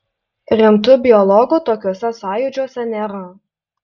rimtų biologų tokiuose sąjūdžiuose nėra